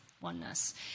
oneness